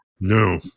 No